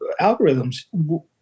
algorithms